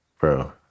Bro